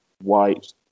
white